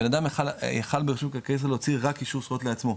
בן אדם יכל ברמ"י להוציא רק אישור זכויות לעצמו.